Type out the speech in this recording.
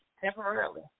temporarily